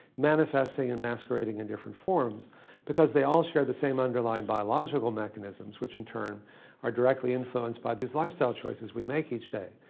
manifesting and masquerading in different forms because they all share the same underlying biological mechanisms, which in turn are directly influenced by these lifestyle choices we make each day.